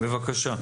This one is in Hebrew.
בבקשה.